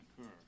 occur